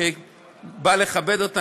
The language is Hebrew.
שבא לכבד אותנו,